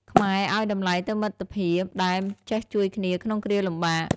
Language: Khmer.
ខ្មែរឱ្យតម្លៃទៅមិត្តភាពដែលចេះជួយគ្នាក្នុងគ្រាលំបាក។